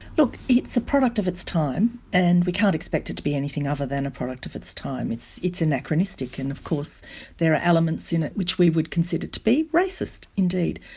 look, it's a product of its time and we can't expect it to be anything other than a product of its time. it's anachronistic, and of course there are elements in it which we would consider to be racist, indeed.